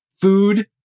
food